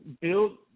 build